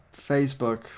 Facebook